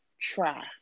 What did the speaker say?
try